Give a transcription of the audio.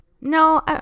No